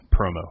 promo